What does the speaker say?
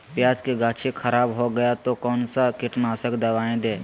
प्याज की गाछी खराब हो गया तो कौन सा कीटनाशक दवाएं दे?